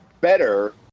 better